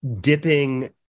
dipping